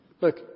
Look